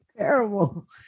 terrible